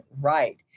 right